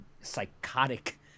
psychotic –